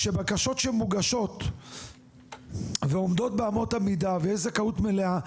שבקשות שמוגשות ועומדות באמות המידה ויש זכאות מלאה,